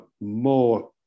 more